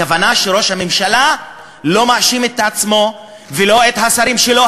הכוונה היא שראש הממשלה לא מאשים את עצמו ולא את השרים שלו,